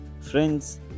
friends